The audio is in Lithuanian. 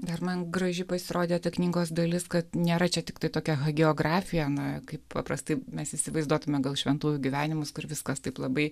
dar man graži pasirodė ta knygos dalis kad nėra čia tiktai tokia hagiografija na kaip paprastai mes įsivaizduotume gal šventųjų gyvenimus kur viskas taip labai